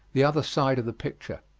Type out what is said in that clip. the other side of the picture.